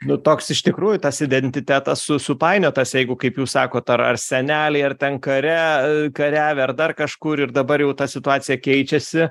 nu toks iš tikrųjų tas identitetas su supainiotas jeigu kaip jūs sakot ar ar seneliai ar ten kare kariavę ar dar kažkur ir dabar jau ta situacija keičiasi